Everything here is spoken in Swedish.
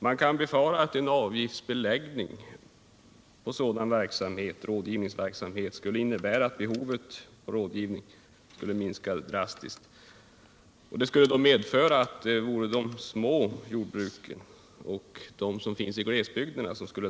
Man kan befara att en avgiftsbeläggning av sådan här rådgivningsverksamhet skulle innebära att efterfrågan på rådgivning minskade drastiskt. De som skulle drabbas vore de små jordbruken och de som finns i glesbygderna.